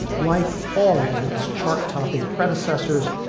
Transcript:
like all of its chart-topping predecessors,